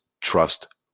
Trust